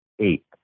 eight